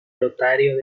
lotario